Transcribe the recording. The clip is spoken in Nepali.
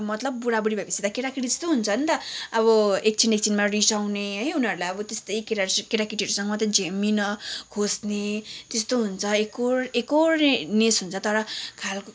अब मतलब बुढा बुढी भए पछि त केटाकेटी जस्तो हुन्छ नि त अब एकछिन एकछिनमा रिसाउने है उनीहरूलाई अब त्यस्तै केटाहरू केटाकेटीसँग मात्रै झ्याम्मिन खोज्ने त्यस्तो हुन्छ एकहोर एकोहोरेनेस् हुन्छ तर